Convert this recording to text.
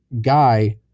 guy